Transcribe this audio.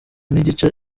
n’igice